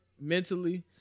mentally